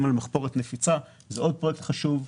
על מחפורת נפיצה זה עוד פרויקט חשוב,